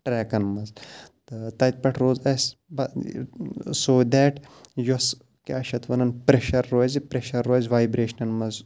ٹرٛیکَن منٛز تہٕ تَتہِ پٮ۪ٹھ روز اَسہِ سو دیٹ یۄس کیٛاہ چھِ یَتھ وَنان پرٛیٚشَر روزِ پرٛیٚشَر روزِ وایِبریشنَن منٛز